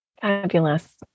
Fabulous